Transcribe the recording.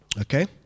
Okay